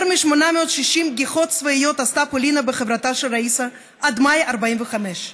יותר מ-860 גיחות צבאיות עשתה פולינה בחברתה של ראיסה עד מאי 1945,